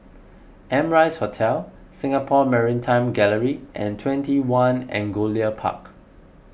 Amrise Hotel Singapore Maritime Gallery and twenty one Angullia Park